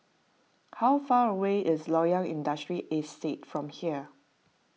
how far away is Loyang Industrial Estate from here